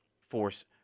force